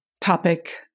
topic